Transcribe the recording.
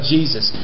Jesus